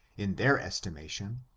in their estimation,